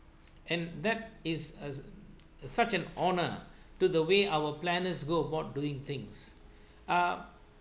and that is as such an honour to the way our planners go about doing things ah